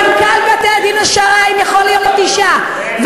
מנכ"ל בתי-הדין השרעיים יכול להיות אישה,